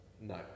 No